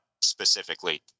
specifically